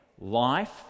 life